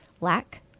lack